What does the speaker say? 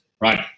right